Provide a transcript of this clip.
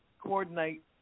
coordinate